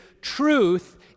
truth